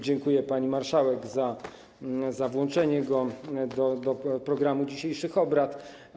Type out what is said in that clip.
Dziękuję pani marszałek za włączenie go do programu dzisiejszych obrad.